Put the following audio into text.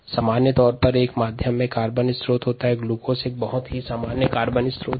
आमतौर पर माध्यम में कार्बन स्रोत जैसे ग्लूकोज जो एक सामान्य कार्बनिक स्रोत है